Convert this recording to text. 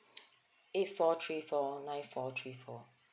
eight four three four nine four three four